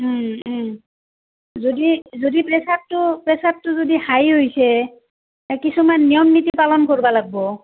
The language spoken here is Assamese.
যদি যদি প্ৰেছাৰটো প্ৰেছাৰটো যদি হাই হৈছে কিছুমান নিয়াম নীতি পালন কৰিব লাগিব